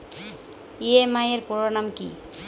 EMI এর পুরোনাম কী?